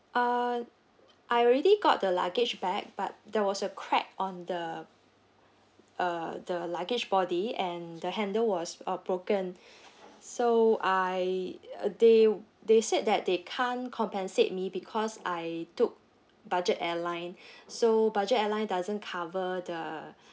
uh I already got the luggage bag but there was a crack on the uh the luggage body and the handle was uh broken so I uh they they said that they can't compensate me because I took budget airline so budget airline doesn't cover the